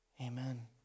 amen